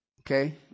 Okay